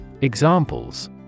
Examples